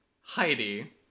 heidi